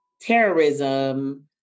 terrorism